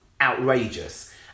outrageous